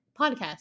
podcast